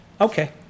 Okay